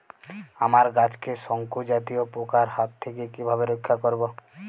আমার গাছকে শঙ্কু জাতীয় পোকার হাত থেকে কিভাবে রক্ষা করব?